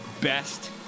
best